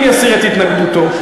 אם יסיר את התנגדותו.